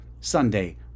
sunday